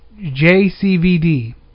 JCVD